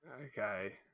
Okay